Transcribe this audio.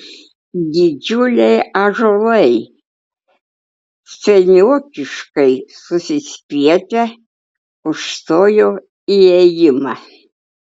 didžiuliai ąžuolai seniokiškai susispietę užstojo įėjimą